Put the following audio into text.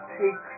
take